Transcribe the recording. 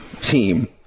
team